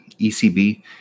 ECB